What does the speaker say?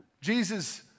Jesus